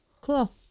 Cool